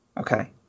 okay